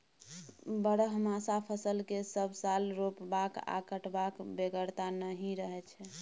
बरहमासा फसल केँ सब साल रोपबाक आ कटबाक बेगरता नहि रहै छै